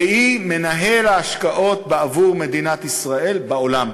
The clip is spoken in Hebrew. שהיא מנהל ההשקעות בעבור מדינת ישראל בעולם.